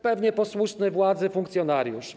Pewnie posłuszny władzy funkcjonariusz.